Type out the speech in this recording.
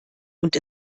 und